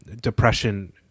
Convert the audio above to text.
depression